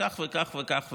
וכך וכך.